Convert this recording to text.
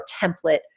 template